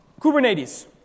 Kubernetes